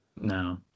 No